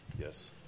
Yes